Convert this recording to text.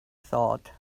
thought